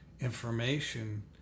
information